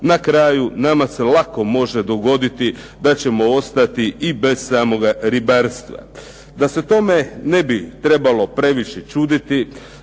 Na kraju nama se lako može dogoditi da ćemo ostati i bez samoga ribarstva. Da se tome ne bi trebalo previše čuditi,